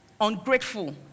ungrateful